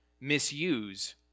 misuse